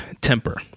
temper